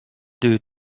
deux